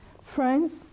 Friends